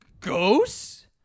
ghosts